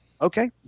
Okay